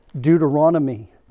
Deuteronomy